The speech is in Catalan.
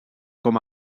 com